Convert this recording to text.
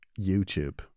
YouTube